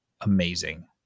amazing